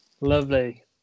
Lovely